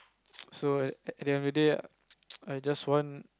so at end of the day I just want